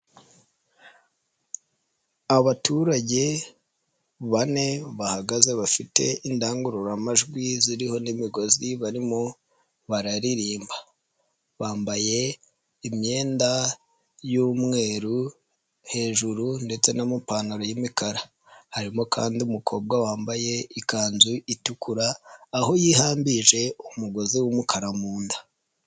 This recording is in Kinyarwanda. Abaturage bane bahagaze bafite indangururamajwi ziriho n'imigozi barimo bararirimba, bambaye imyenda y'umweru hejuru ndetse n'amapantaro y'imikara harimo kandi umukobwa wambaye ikanzu itukura, aho yihambirije umugozi w'umukara mu nda.